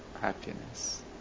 happiness